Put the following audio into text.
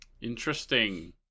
Interesting